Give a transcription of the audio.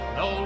no